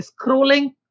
scrolling